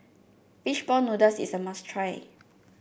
fish ball noodles is a must try